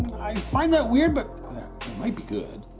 i find that weird but might be good